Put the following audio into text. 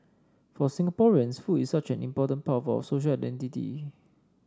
for Singaporeans food is such an important part of our social identity